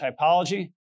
typology